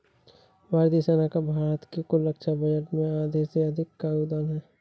भारतीय सेना का भारत के कुल रक्षा बजट में आधे से अधिक का योगदान है